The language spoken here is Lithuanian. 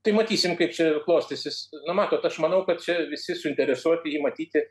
tai matysim kaip čia klostysis nu matot aš manau kad čia visi suinteresuoti jį matyti